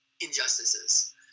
injustices